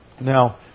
Now